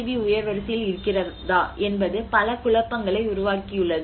B உயர் வரிசையில் இருக்கிறதா என்பது பல குழப்பங்களை உருவாக்கியுள்ளது